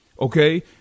Okay